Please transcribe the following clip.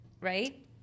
right